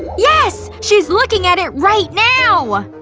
yes! she's looking at it right now!